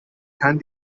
kann